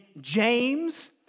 James